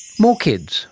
more kids,